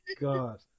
god